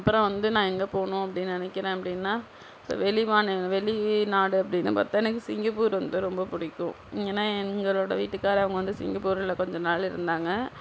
அப்புறம் வந்து நான் எங்கே போணும் அப்படின்னு நினக்கிறேன் அப்படின்னா இந்த வெளிமாநிலம் வெளிநாடு அப்படின்னு பார்த்தா எனக்கு சிங்கப்பூர் வந்து ரொம்ப பிடிக்கும் ஏன்னா எங்களோட வீட்டுக்காரவங்க வந்து சிங்கப்பூர்ல கொஞ்ச நாள் இருந்தாங்க